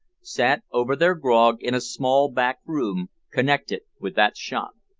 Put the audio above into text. sat over their grog in a small back-room connected with that shop.